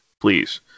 please